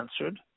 answered